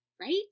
right